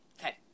Okay